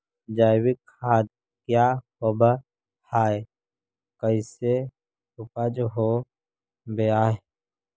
जैविक खाद क्या होब हाय कैसे उपज हो ब्हाय?